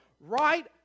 right